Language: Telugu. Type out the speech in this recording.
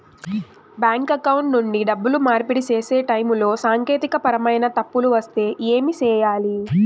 బ్యాంకు అకౌంట్ నుండి డబ్బులు మార్పిడి సేసే టైములో సాంకేతికపరమైన తప్పులు వస్తే ఏమి సేయాలి